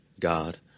God